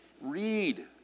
Read